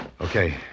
Okay